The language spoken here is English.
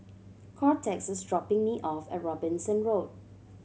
Cortez is dropping me off at Robinson Road